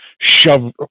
shove